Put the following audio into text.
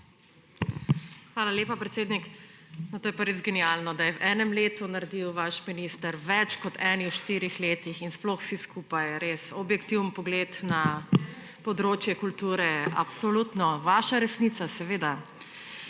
Hvala lepa, predsednik. No, to je pa res genialno, da je v enem letu naredil vaš minister več kot eni v štirih letih, in sploh vsi skupaj. Res objektiven pogled na področje kulture, absolutno. Vaša resnica, seveda.